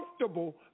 comfortable